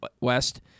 West